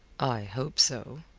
i hope so.